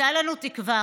הייתה לנו תקווה